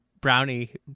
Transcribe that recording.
brownie